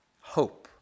hope